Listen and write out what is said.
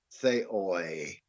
theoi